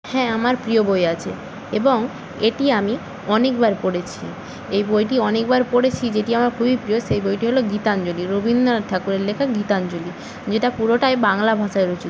হ্যাঁ আমার প্রিয় বই আছে এবং এটি আমি অনেকবার পড়েছি এই বইটি অনেকবার পড়েছি যেটি আমার খুবই প্রিয় সেই বইটি হলো গীতাঞ্জলি রবীন্দ্রনাথ ঠাকুরের লেখা গীতাঞ্জলি যেটা পুরোটাই বাংলা ভাষায় রচিত